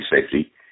Safety